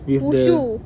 mushu